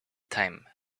time